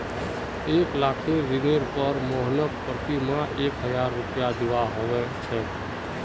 एक लाखेर ऋनेर पर मोहनके प्रति माह एक हजार रुपया दीबा ह छेक